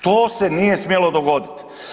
To se nije smjelo dogodit.